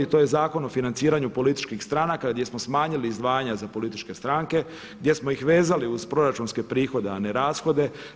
To je Zakon o financiranju političkih stranaka gdje smo smanjili izdvajanja za političke stranke, gdje smo ih vezali uz proračunske prihode, a ne rashode.